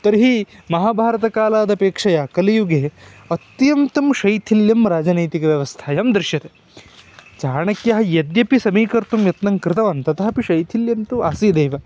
तर्हि महाभारतकालादपेक्षया कलियुगे अत्यन्तं शैथिल्यं राजनैतिकव्यवस्थायां दृश्यते चाणक्यः यद्यपि समीकर्तुं यत्नं कृतवान् तथापि शैथिल्यं तु आसीदेव